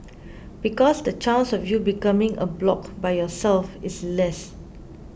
because the chance of you becoming a bloc by yourself is less